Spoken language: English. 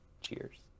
cheers